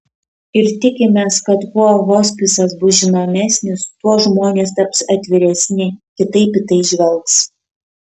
ir tikimės kad kuo hospisas bus žinomesnis tuo žmonės taps atviresni kitaip į tai žvelgs